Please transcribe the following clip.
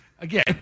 Again